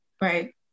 Right